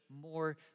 more